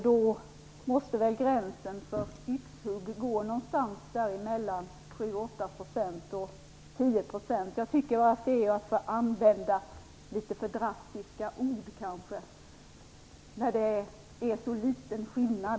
Då måste gränsen för yxhugg gå någonsans mellan 8 Jag tycker att det är att använda litet för drastiska ord när det är så liten skillnad.